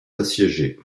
assiégée